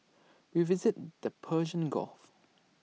we visited the Persian gulf